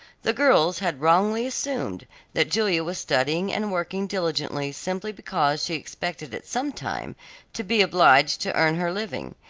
the girls had wrongly assumed that julia was studying and working diligently simply because she expected at some time to be obliged to earn her living,